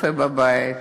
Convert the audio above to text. שצופה בבית: